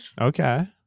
Okay